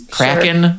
Kraken